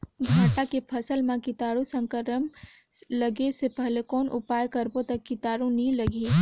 भांटा के फसल मां कीटाणु संक्रमण लगे से पहले कौन उपाय करबो ता कीटाणु नी लगही?